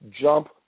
jump